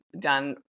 done